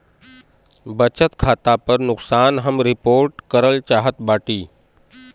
बचत खाता पर नुकसान हम रिपोर्ट करल चाहत बाटी